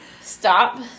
stop